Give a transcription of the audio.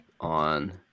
on